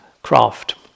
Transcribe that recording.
craft